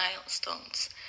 milestones